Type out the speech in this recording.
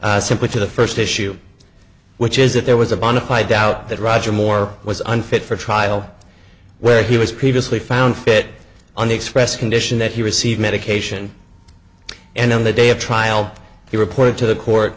simply to the first issue which is if there was a bonafide doubt that roger moore was unfit for trial where he was previously found fit on the express condition that he received medication and on the day of trial he reported to the court